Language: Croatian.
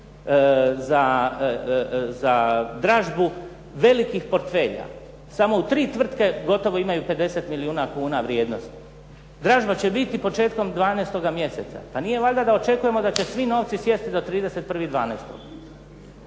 za dražbu velikih portfelja. Samo u tri tvrtke gotovo imaju 50 milijuna kuna vrijednost. Dražba će biti početkom dvanaestoga mjeseca. Pa nije valjda da očekujemo da će svi novci sjesti do 31.12.